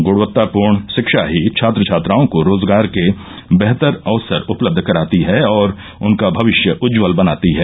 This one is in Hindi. गुणवत्तापूर्ण शिक्षा ही छात्र छात्राओं को रोजगार के बेहतर अवसर उपलब्ध कराती है और उनका भविष्य उज्ज्वल बनाती है